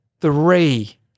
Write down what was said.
three